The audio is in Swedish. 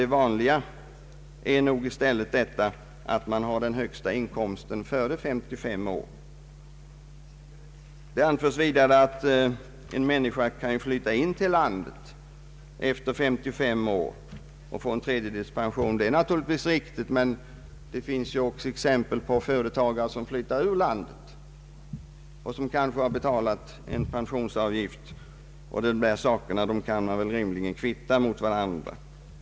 Det vanliga är nog att man har sin högsta inkomst före 55 års ålder. Det anförs vidare att en människa kan flytta in i landet efter 553 års ålder och då få en tredjedels pension. Det är naturligtvis riktigt, men det finns också exempel på företagare som har betalat pensionsavgift och som flyttar ur landet. Dessa fall kan rimligen kvittas mot varandra.